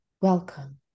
welcome